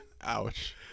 Ouch